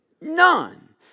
None